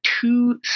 two